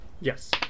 Yes